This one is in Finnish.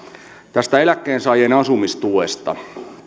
tästä eläkkeensaajien asumistuesta